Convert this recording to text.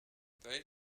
they